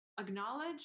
acknowledge